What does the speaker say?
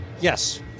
Yes